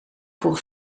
voor